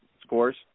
scores